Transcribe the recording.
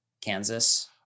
Kansas